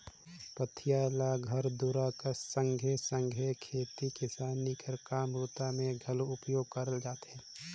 पथिया ल घर दूरा कर संघे सघे खेती किसानी कर काम बूता मे घलो उपयोग करल जाथे